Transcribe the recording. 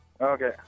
Okay